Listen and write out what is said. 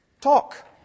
Talk